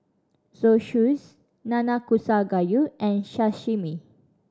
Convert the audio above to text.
Zosui Nanakusa Gayu and Sashimi